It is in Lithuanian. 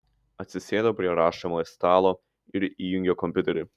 atsisėdo prie rašomojo stalo ir įjungė kompiuterį